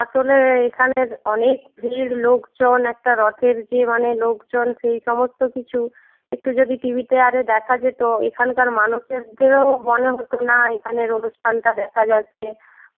আসলে এইখানের অনেক ভিড় লোকজন একটা রথের যে মানে লোকজন সেই সমস্ত কিছু একটু যদি টি ভিতে আরে দেখা যেত এখানকার মানুষরদেরও মনে হতো না এখানের অনুষ্ঠানটা দেখা যাচ্ছে